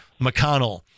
McConnell